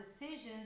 decisions